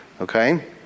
okay